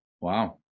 Wow